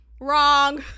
wrong